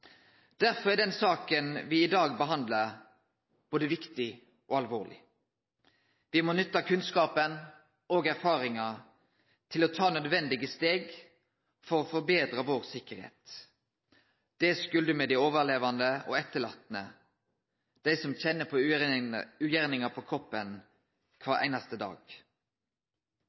Derfor er den saka me i dag behandlar, både viktig og alvorleg. Me må nytte kunnskapen og erfaringa til å ta nødvendige steg for å betre tryggleiken vår. Det skuldar me dei overlevande og etterlatne, dei som kjenner ugjerninga på kroppen kvar einaste dag.